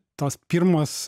tos pirmos